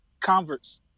converts